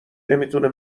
نمیتونه